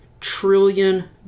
trillion